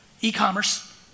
E-commerce